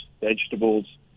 vegetables